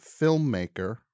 filmmaker